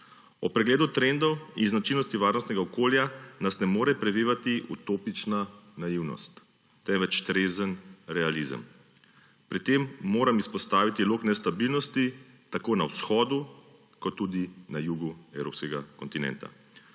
Ob pregledu trendov in značilnosti varnostnega okolja nas ne more prevevati utopična naivnost, temveč trezen realizem. Pri tem moram izpostaviti lok nestabilnosti tako na vzhodu kot tudi na jugi evropskega kontinenta.